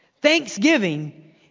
Thanksgiving